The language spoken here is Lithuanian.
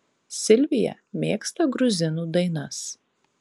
silvija mėgsta gruzinų dainas